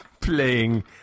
Playing